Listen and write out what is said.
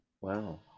Wow